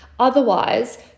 Otherwise